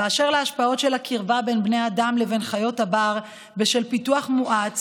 אשר להשפעות של הקרבה בין בני אדם לבין חיות הבר בשל פיתוח מואץ